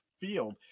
field